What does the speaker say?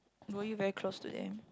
were you very close to them